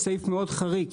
זה סעיף מאוד חריג,